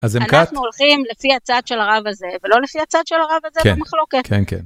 אז אנחנו הולכים לפי הצד של הרב הזה, ולא לפי הצד של הרב הזה במחלוקת. כן, כן.